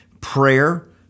prayer